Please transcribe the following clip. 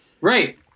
Right